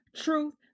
truth